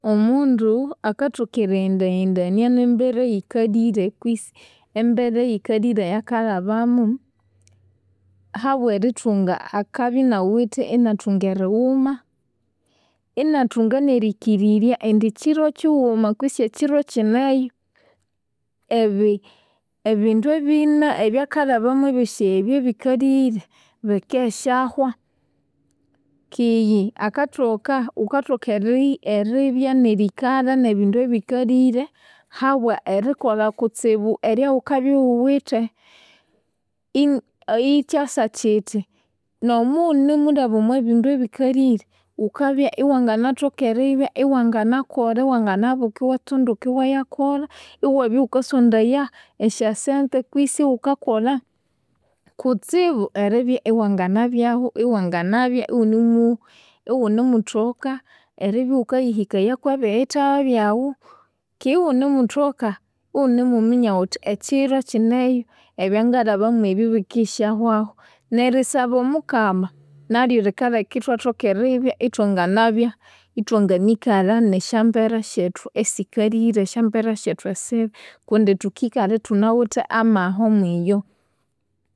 Omundu akathoka erighendaghendania nembera eyikalire kwisi embera eyikalire eyakalhabamu, habwa erithunga, akabya inawithe inathunga erighuma, inathunga nerikirirya indi ekyiro kyighuma kwisi ekyiro kyineyu, ebi- ebindu ebina ebyakalhabamu ebyisi ebi ebikalire, bikendisyahwa keghe akathoka, ghukathoka eri- eribya nerikalha nebindu ebikalire habwa erikolha kutsibu eryaghukabya ighuwithe. In- ikyasa kyithi nomughunamulhaba omwabindu ebikalire, ghukabya iwanganathoka eribya iwanganakolha, iwanganabuka iwatsinduka iwayakolha, iwabya ighukasondaya esyasente kwisi ighukakolha kutsibu eribya iwanganabyahu iwanganabya ighunimu ighunimuthoka, eribya ighukayihikayaku ebiyithawa byaghu keghe ighunimuthoka, ighunimuminya ghuthi, ekyiro kyineyu ebyangalhabamu ebi bikendisyahwahu. Nerisaba omukama nalyu likaleka ithwathoka eribya ithwanginikalha nesyambera syethu esikalire, esyambera syethu esibi kundi thukikalha ithunawithe amaha omwiyo.